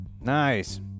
nice